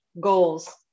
goals